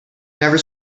never